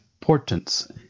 portents